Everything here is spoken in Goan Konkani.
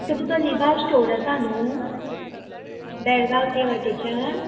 तुमचो लिबास स्टोर आसा न्हू बेळगांव तेवटेच्यान